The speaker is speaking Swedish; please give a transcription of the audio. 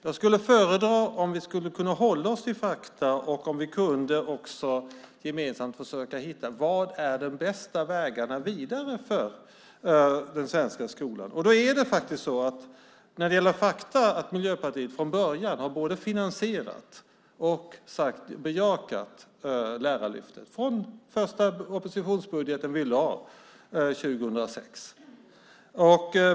Jag skulle föredra om vi skulle kunna hålla oss till fakta och om vi också gemensamt kunde försöka hitta vilka de bästa vägarna vidare är för den svenska skolan. När det gäller fakta är det faktiskt så att Miljöpartiet redan från början har finansierat och bejakat Lärarlyftet. Det har vi gjort från den första oppositionsbudget som vi lade fram år 2006.